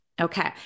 okay